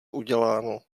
uděláno